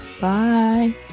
Bye